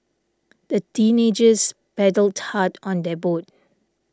the teenagers paddled hard on their boat